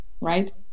right